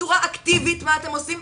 בצורה אקטיבית - מה אתם עושים,